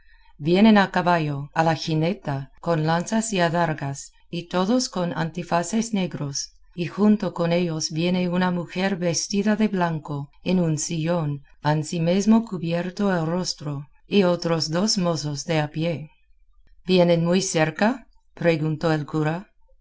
vienen a caballo a la jineta con lanzas y adargas y todos con antifaces negros y junto con ellos viene una mujer vestida de blanco en un sillón ansimesmo cubierto el rostro y otros dos mozos de a pie vienen muy cerca preguntó el cura